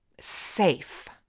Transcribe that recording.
safe